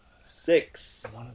six